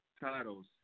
titles